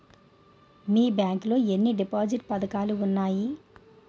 మీ bank లో ఎన్ని deposit పథకాలు ఉన్నాయి?